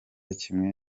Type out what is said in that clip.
kimwe